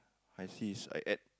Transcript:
I see his I add